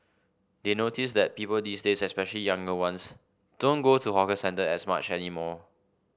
they notice that people these days especially younger ones don't go to hawker centre as much anymore